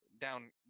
down